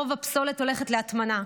רוב הפסולת הולכת להטמנה.